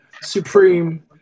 supreme